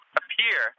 appear